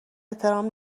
احترام